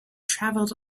traveled